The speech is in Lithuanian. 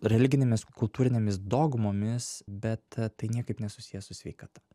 religinėmis kultūrinėmis dogmomis bet tai niekaip nesusiję su sveikata